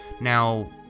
now